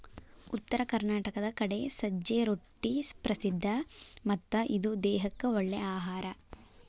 ಉತ್ತರ ಕರ್ನಾಟಕದ ಕಡೆ ಸಜ್ಜೆ ರೊಟ್ಟಿ ಪ್ರಸಿದ್ಧ ಮತ್ತ ಇದು ದೇಹಕ್ಕ ಒಳ್ಳೇ ಅಹಾರಾ